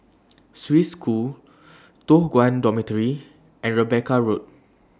Swiss School Toh Guan Dormitory and Rebecca Road